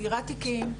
סגירת תיקים.